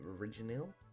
original